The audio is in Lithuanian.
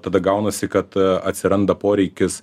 tada gaunasi kad atsiranda poreikis